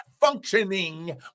functioning